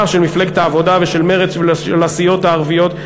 של מפלגת העבודה ושל מרצ ושל הסיעות הערביות,